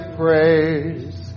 praise